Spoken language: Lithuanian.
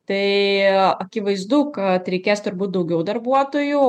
tai akivaizdu kad reikės turbūt daugiau darbuotojų